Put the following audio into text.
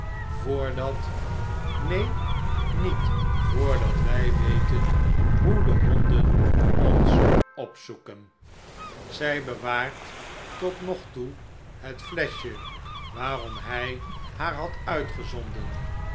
voordat neen niet voordat wij weten hoe de honden ons opzoeken zij bewaart tot nog toe het fiescbje waarom hij haar had uitgezonden